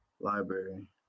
Library